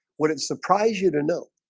would it surprise you to know